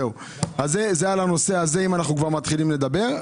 זה לגבי הנושא הזה, אם אנחנו כבר מתחילים לדבר.